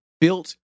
built